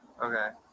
Okay